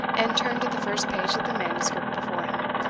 and turned to the first page of the manuscript before him,